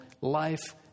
life